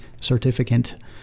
certificate